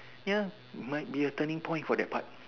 ya might be a turning point for that part